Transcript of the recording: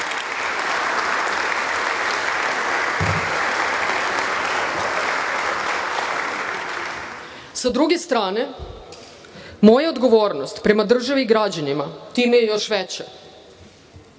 druge strane, moja odgovornost prema državi i građanima time je još veća.